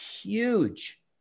huge